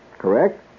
Correct